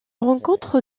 rencontre